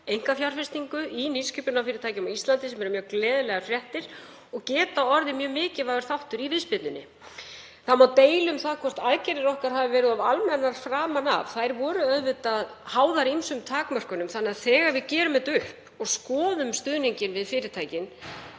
einkafjárfestingu, í nýsköpunarfyrirtækjum á Íslandi, sem eru mjög gleðilegar fréttir og getur orðið mjög mikilvægur þáttur í viðspyrnunni. Það má deila um hvort aðgerðir okkar hafi verið of almennar framan af. Þær voru auðvitað háðar ýmsum takmörkunum, þannig að þegar við gerum þetta upp og skoðum stuðninginn við fyrirtækin